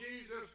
Jesus